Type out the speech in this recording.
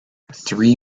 three